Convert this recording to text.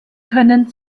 können